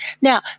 Now